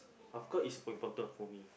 of course is important for me